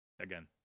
again